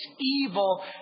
evil